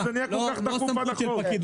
לא סמכות של פקיד,